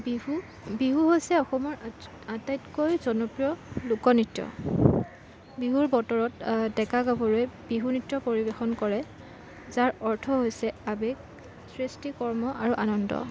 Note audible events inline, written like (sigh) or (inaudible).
বিহু বিহু হৈছে অসমৰ (unintelligible) আটাইতকৈ জনপ্ৰিয় লোকনৃত্য় বিহুৰ বতৰত ডেকা গাভৰুৱে বিহু নৃত্য় পৰিৱেশন কৰে যাৰ অৰ্থ হৈছে আৱেগ সৃষ্টি কৰ্ম আৰু আনন্দ